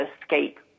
escape